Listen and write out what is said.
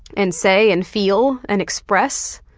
and say and feel and express,